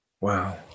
Wow